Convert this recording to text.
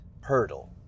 hurdle